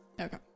okay